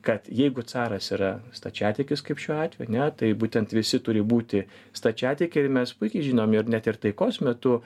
kad jeigu caras yra stačiatikis kaip šiuo atveju ane tai būtent visi turi būti stačiatikiai ir mes puikiai žinom ir net ir taikos metu